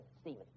Stephen